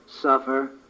suffer